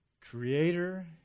creator